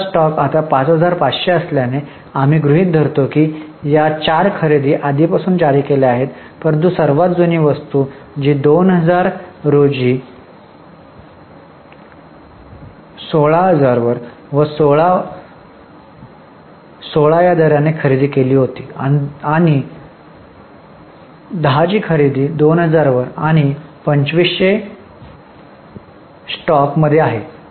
आमचा स्टॉक आता 5500 असल्याने आम्ही गृहित धरतो की या चार खरेदी आधीपासून जारी केल्या आहेत परंतु सर्वात जुनी वस्तू जी 2000 रोजी 16000 वर 16 वाजता खरेदी केली गेली आहे आणि 10 व्या खरेदी तून 2000 वर आणखी 2500 आहेत जो स्टॉक मध्ये आहे